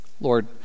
Lord